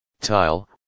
tile